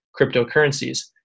cryptocurrencies